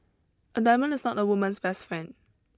a diamond is not a woman's best friend